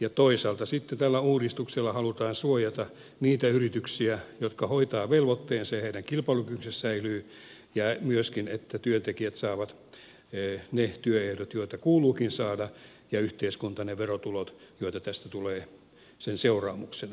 ja toisaalta sitten tällä uudistuksella halutaan suojata niitä yrityksiä jotka hoitavat velvoitteensa jotta heidän kilpailukykynsä säilyy ja myöskin tarkoituksena on että työntekijät saavat ne työehdot joita kuuluukin saada ja yhteiskunta ne verotulot joita tästä tulee sen seuraamuksena